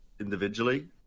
individually